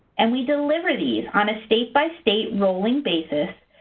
and we deliver these on a state by state rolling basis,